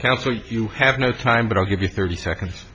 council you have no time but i'll give you thirty seconds